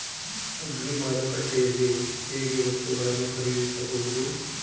Agri ಮಾರುಕಟ್ಟೆಯಲ್ಲಿ ಹೇಗೆ ವಸ್ತುಗಳನ್ನು ಖರೀದಿಸಬಹುದು?